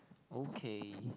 okay